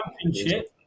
championship